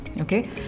okay